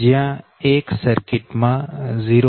જયાં એક સર્કીટ માં 0